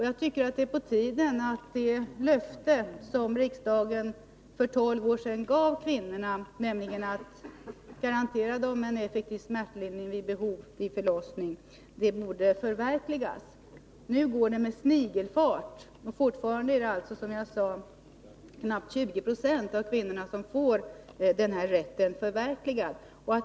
Jag tycker att det är på tiden att det löfte som riksdagen för 12 år sedan gav kvinnorna, nämligen att garantera dem en effektiv smärtlindring vid behov vid förlossning, förverkligas. Nu går det med snigelfart. Fortfarande är det, som jag sade, knappt 20 96 av kvinnorna som får denna rätt förverkligad.